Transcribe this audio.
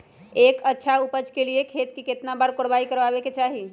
एक अच्छा उपज के लिए खेत के केतना बार कओराई करबआबे के चाहि?